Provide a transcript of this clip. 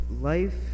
life